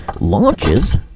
launches